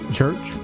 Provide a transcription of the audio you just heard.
Church